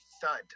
thud